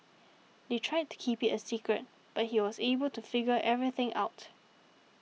they tried to keep it a secret but he was able to figure everything out